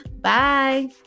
Bye